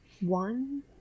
One